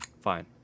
Fine